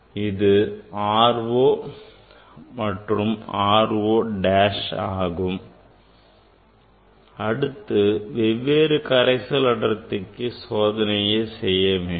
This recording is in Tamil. R 0 and this R 0 dash அடுத்து வெவ்வேறு கரைசல் அடர்த்திகளுக்கு சோதனையை செய்ய வேண்டும்